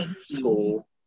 school